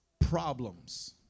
problems